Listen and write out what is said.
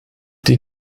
die